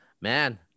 man